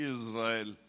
Israel